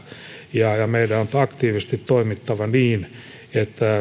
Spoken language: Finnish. ja ja meidän on aktiivisesti toimittava niin että